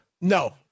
No